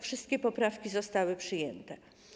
Wszystkie poprawki zostały przyjęte.